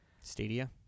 Stadia